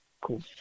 Cool